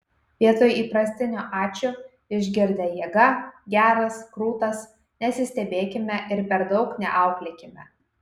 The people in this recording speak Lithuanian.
vietoje įprastinio ačiū išgirdę jėga geras krūtas nesistebėkime ir per daug neauklėkime